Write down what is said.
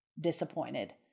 disappointed